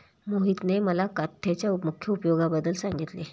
मोहितने मला काथ्याच्या मुख्य उपयोगांबद्दल सांगितले